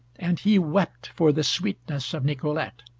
and he wept for the sweetness of nicolete.